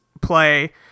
play